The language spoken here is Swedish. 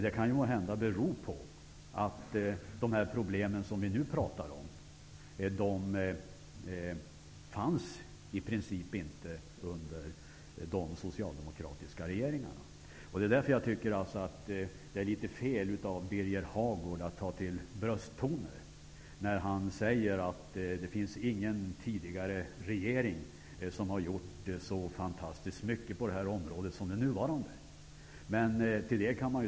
Det kan måhända bero på att de problem som vi nu diskuterar i princip inte fanns då. Det är därför som det är litet fel av Birger Hagård att ta till brösttoner. Han sade att det inte finns någon tidigare regering som har gjort så fantastiskt mycket på det här området som den nuvarande regeringen.